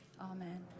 amen